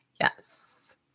Yes